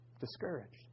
Discouraged